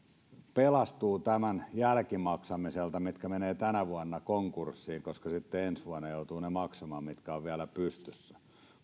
pelastuvat tämän jälkimaksamiselta jos ne menevät tänä vuonna konkurssiin koska sitten ensi vuonna joutuvat maksamaan sen jotka ovat vielä pystyssä